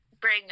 bring